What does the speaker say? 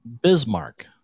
Bismarck